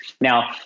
Now